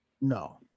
no